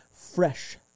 fresh